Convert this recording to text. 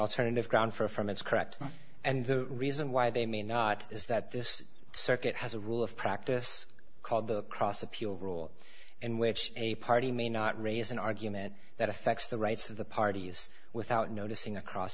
alternative ground for from it's cracked and the reason why they may not is that this circuit has a rule of practice called the cross appeal rule in which a party may not raise an argument that affects the rights of the parties without noticing a cross